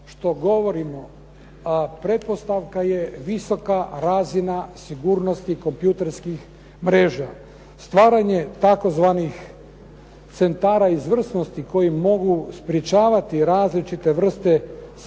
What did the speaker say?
što govorimo, a pretpostavka je visoka razina sigurnosti kompjuterskih mreža. Stvaranje tzv. centara izvrsnosti koji mogu sprječavati različite vrste sabotaža